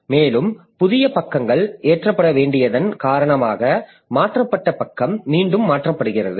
மேலும் புதிய பக்கங்கள் ஏற்றப்பட வேண்டியதன் காரணமாக மாற்றப்பட்ட பக்கம் மீண்டும் மாற்றப்படுகிறது